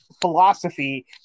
philosophy